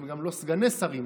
אתם גם לא סגני שרים,